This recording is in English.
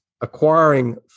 acquiring